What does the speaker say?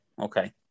okay